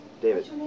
David